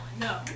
No